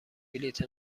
بلیط